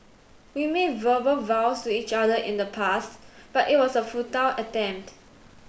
we made verbal vows to each other in the past but it was a futile attempt